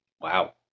Wow